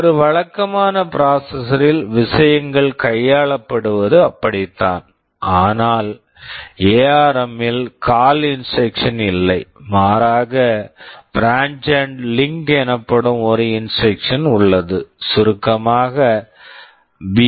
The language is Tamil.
ஒரு வழக்கமான ப்ராசஸர் processor ல் விஷயங்கள் கையாளப்படுவது அப்படித்தான் ஆனால் எஆர்எம் ARM இல் CALL இன்ஸ்ட்ரக்சன் instruction இல்லை மாறாக branch and link branch and link எனப்படும் ஒரு இன்ஸ்ட்ரக்சன் instruction உள்ளது சுருக்கமாக பி